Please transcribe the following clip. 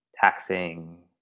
taxing